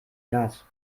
glas